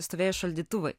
stovėjo šaldytuvai